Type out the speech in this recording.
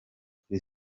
kuri